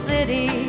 City